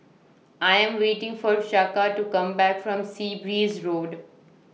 I Am waiting For Chaka to Come Back from Sea Breeze Road